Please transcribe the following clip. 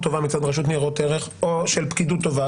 טובה מצד הרשות לניירות ערך או של פקידות טובה,